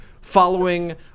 following